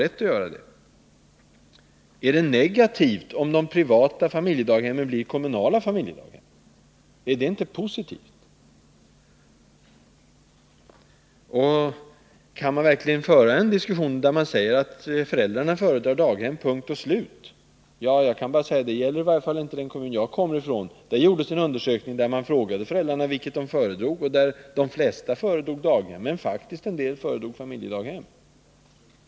Är det negativt om de privata familjedaghemmen blir kommunala familjedaghem? Är det inte bra? Kan man verkligen utan vidare hävda att föräldrarna föredrar daghem — punkt och slut? Det gäller i varje fall inte i den kommun där jag hör hemma. Där gjordes en undersökning, där man frågade föräldrarna vilket de önskade, Svaren visade att de flesta helst ville ha daghem, men faktiskt också att en del föredrog familjedaghem.